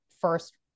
first